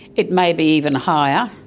it may be even higher.